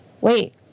wait